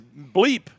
Bleep